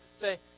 Say